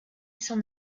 s’en